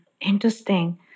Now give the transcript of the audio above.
Interesting